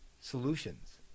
solutions